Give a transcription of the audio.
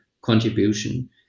contribution